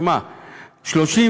תשמעו,